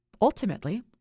ultimately